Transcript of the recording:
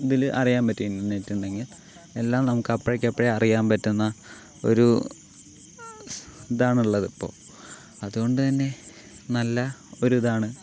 ഇതിലറിയാൻ പറ്റും ഇൻറ്റർനെറ്റുണ്ടെങ്കിൽ എല്ലാം നമുക്ക് അപ്പഴേക്കപ്പഴേ അറിയാൻ പറ്റുന്ന ഒരു ഇതാണുള്ളതിപ്പോൾ അതുകൊണ്ടുതന്നെ നല്ല ഒരു ഇതാണ്